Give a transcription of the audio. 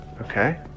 Okay